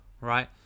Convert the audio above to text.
right